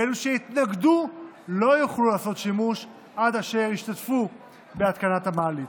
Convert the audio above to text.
ואלו שהתנגדו לא יוכלו לעשות בה שימוש עד אשר ישתתפו בהתקנת המעלית,